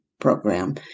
program